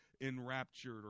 enraptured